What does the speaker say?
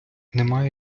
немає